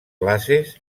classes